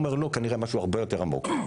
אמר: לא, כנראה משהו הרבה יותר עמוק.